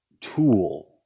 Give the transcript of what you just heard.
tool